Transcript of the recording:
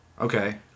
Okay